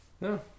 no